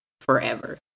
forever